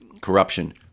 corruption